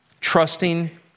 Trusting